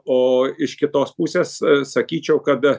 o iš kitos pusės sakyčiau kad